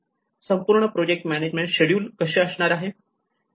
संपूर्ण project management schedule कसे असणार आहे